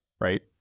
right